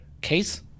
case